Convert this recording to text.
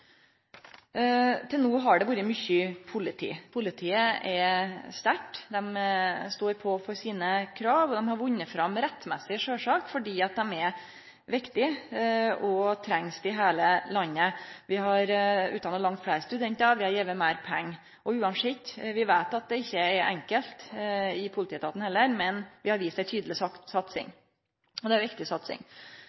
Til no har det vore mykje politi. Politiet er sterkt, dei står på for sine krav, og dei har vunne fram rettmessig, sjølvsagt, fordi dei er viktige, og ein treng dei i heile landet. Vi har utdanna langt fleire, og vi har gitt meir pengar. Vi veit at det heller ikkje er enkelt i politietaten, men vi har vist ei tydeleg satsing, og det er ei viktig satsing.